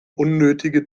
unnötige